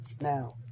Now